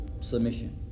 submission